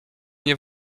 nie